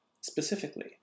Specifically